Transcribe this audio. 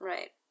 Right